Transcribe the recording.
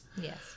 Yes